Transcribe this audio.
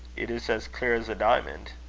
it is as clear as a diamond.